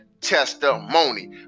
testimony